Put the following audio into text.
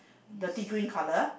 dirty green colour